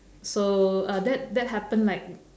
so uh that that happen like